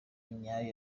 nyayo